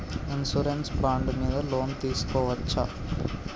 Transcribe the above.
Insurance bond మీద loan తీస్కొవచ్చా?